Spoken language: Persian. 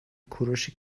کوروش